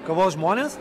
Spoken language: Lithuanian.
kavos žmonės